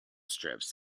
strips